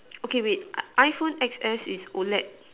okay wait I phone X S is O_L_E_D